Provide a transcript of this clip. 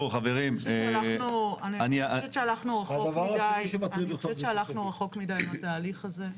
אני חושבת שהלכנו רחוק מידי עם התהליך הזה.